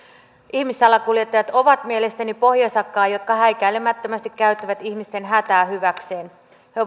ihmissalakuljettajat ovat mielestäni pohjasakkaa jotka häikäilemättömästi käyttävät ihmisten hätää hyväkseen he